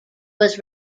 was